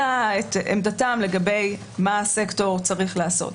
את עמדתם לגבי מה הסקטור צריך לעשות,